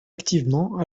activement